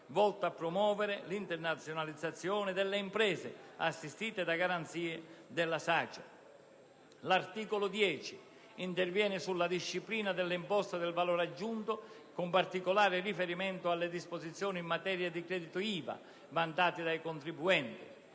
volto a promuovere l'internazionalizzazione delle imprese, assistite da garanzia della SACE. L'articolo 10 interviene sulla disciplina dell'imposta sul valore aggiunto con particolare riferimento alle disposizioni in materia di crediti IVA vantati dai contribuenti.